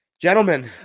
Gentlemen